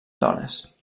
dones